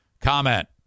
Comment